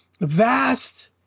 vast